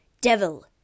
Devil